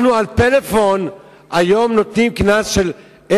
אנחנו היום נותנים על פלאפון בנסיעה קנס של 1,000,